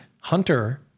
Hunter